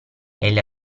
egli